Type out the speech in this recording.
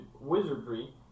wizardry